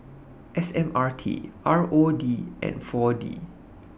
S M R T R O D and four D